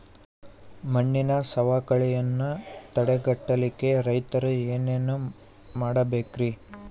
ಮಣ್ಣಿನ ಸವಕಳಿಯನ್ನ ತಡೆಗಟ್ಟಲಿಕ್ಕೆ ರೈತರು ಏನೇನು ಮಾಡಬೇಕರಿ?